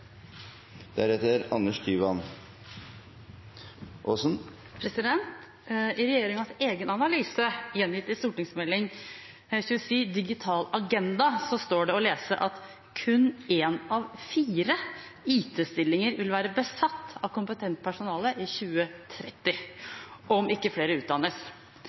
Digital agenda for Norge, står det å lese at kun én av fire IT-stillinger vil være besatt av kompetent personale i 2030, om ikke flere utdannes.